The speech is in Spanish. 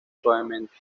suavemente